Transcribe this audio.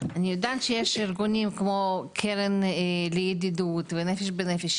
אני יודעת שיש ארגונים כמו קרן לידידות ונפש בנפש,